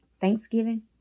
Thanksgiving